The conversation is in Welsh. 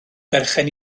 berchen